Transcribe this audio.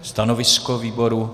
Stanovisko výboru?